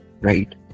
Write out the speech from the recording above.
right